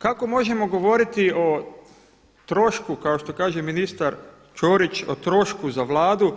Kako možemo govoriti o trošku kao što kaže ministar Ćorić o trošku za Vladu